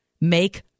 make